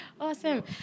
Awesome